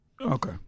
Okay